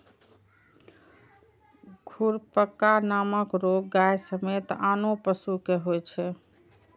खुरपका नामक रोग गाय समेत आनो पशु कें होइ छै